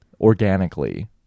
organically